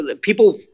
people